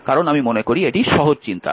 কারণ আমি মনে করি এটি সহজ চিন্তা